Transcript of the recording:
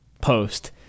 post